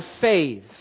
faith